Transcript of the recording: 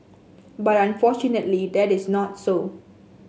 but unfortunately that is not so